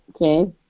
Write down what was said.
okay